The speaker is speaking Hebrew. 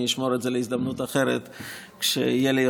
אני אשמור את זה להזדמנות אחרת,